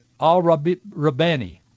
Al-Rabani